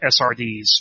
SRDs